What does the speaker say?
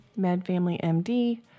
medfamilymd